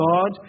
God